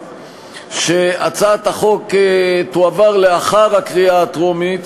שהצעת החוק תועבר לאחר הקריאה הטרומית,